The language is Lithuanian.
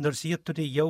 nors ji turi jau